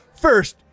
First